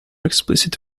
explicit